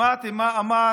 שמעתם מה אמר